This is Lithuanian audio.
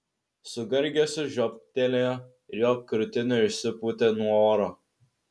su gargėsiu žioptelėjo ir jo krūtinė išsipūtė nuo oro